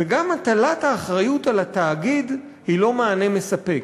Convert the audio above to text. וגם הטלת האחריות על התאגיד היא לא מענה מספק,